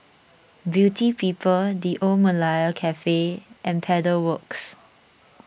Beauty People the Old Malaya Cafe and Pedal Works